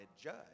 judge